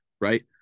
right